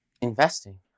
investing